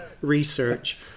research